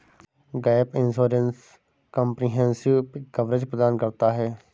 gap insurance comprehensive coverage प्रदान करता है